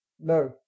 No